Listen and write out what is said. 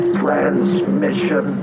transmission